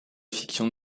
fiction